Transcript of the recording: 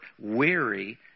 weary